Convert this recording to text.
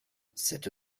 cette